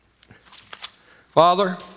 Father